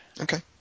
Okay